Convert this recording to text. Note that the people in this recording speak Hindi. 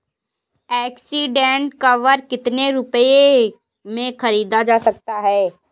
एक्सीडेंट कवर कितने रुपए में खरीदा जा सकता है?